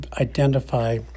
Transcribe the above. identify